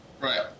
Right